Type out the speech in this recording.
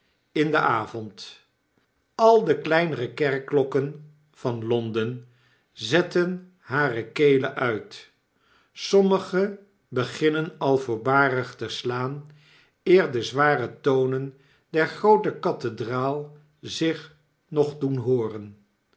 in den avond al de kleinere kerkklokken van l o n d e n zetten hare kelen uit sommige beginnen al voorbarig te slaan eer de zware tonen der groote cathedraal zich nog doen hooren